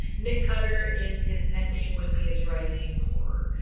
nick cutter is his pen name when he is writing horror.